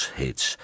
hits